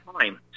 time